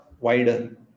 wider